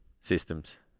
Systems